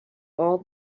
all